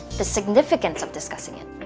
the significance of discussing it.